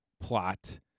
plot